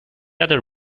other